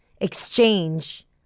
exchange